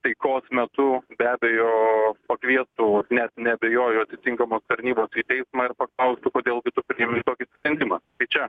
taikos metu be abejo pakviestų net neabejoju atitinkamos tarnybos į teismą ir paklaustų kodėl gi tu priėmei tokį sprendimą tai čia